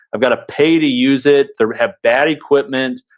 i've gotta pay to use it, they have bad equipment,